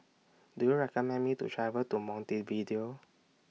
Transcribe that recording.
Do YOU recommend Me to travel to Montevideo